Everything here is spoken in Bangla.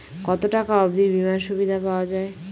কত টাকা অবধি বিমার সুবিধা পাওয়া য়ায়?